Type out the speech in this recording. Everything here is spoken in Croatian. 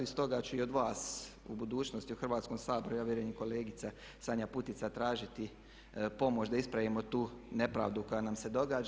I stoga ću i od vas u budućnosti u Hrvatskom saboru, ja vjerujem i kolegica Sanja Putica tražiti pomoć da ispravimo tu nepravdu koja nam se događa.